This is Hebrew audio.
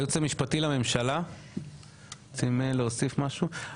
היועץ המשפטי לממשלה רוצים להוסיף משהו?